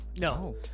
no